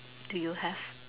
do you have